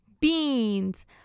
beans